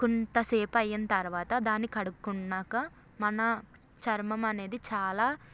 కొంత సేపు అయిన తర్వాత దాన్ని కడుకున్నాక మన చర్మం అనేది చాలా